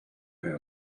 how